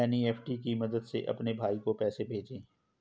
NEFT की मदद से अपने भाई को पैसे भेजें